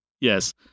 Yes